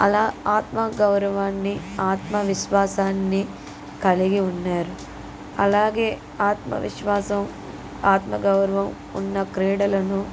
అలా ఆత్మగౌరవాన్నీ ఆత్మవిశ్వాసాన్ని కలిగి ఉన్నారు అలాగే ఆత్మవిశ్వాసం ఆత్మగౌరవం ఉన్న క్రీడలను